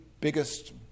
biggest